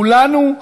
כולנו,